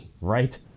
Right